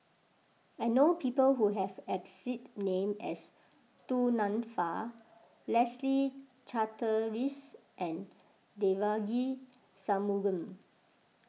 I know people who have exact name as Du Nanfa Leslie Charteris and Devagi Sanmugam